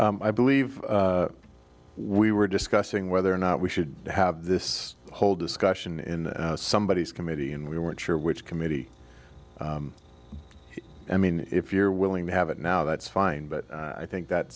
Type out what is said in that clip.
go i believe we were discussing whether or not we should have this whole discussion in somebodies committee and we weren't sure which committee i mean if you're willing to have it now that's fine but i think that